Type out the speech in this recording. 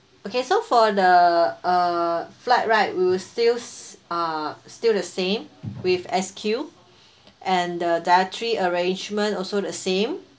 okay so for the uh flight right will still uh still the same with S_Q and the dietary arrangement also the same